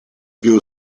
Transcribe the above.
più